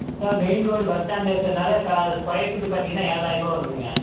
sir main road bus ஸ்டாண்ட்டில் இருக்கிறனால the square feet பார்த்தீங்கன்னா ஏழாயிரம் ரூபாய் வருதுங்க